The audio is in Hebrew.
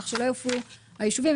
כך שלא יופיעו היישובים.